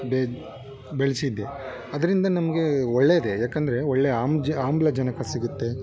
ಬೆ ಬೆಳೆಸಿದ್ದೆ ಅದರಿಂದ ನಮಗೆ ಒಳ್ಳೆದೇ ಯಾಕಂದರೆ ಒಳ್ಳೆ ಆಮ್ಜ ಆಮ್ಲಜನಕ ಸಿಗುತ್ತೆ